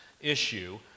issue